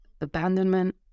Abandonment